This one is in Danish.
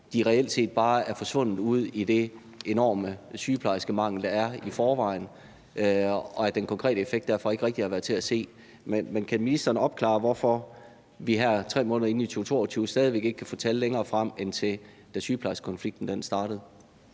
de reelt set bare er forsvundet ud i den enorme sygeplejerskemangel, der er i forvejen, og at den konkrete effekt derfor ikke rigtig har været til at se. Men kan ministeren opklare, hvorfor vi her 3 måneder inde i 2022 stadig væk ikke kan få tal længere frem end til, da sygeplejerskekonflikten startede?